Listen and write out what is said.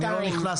אני לא נכנס,